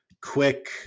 quick